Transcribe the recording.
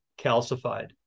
calcified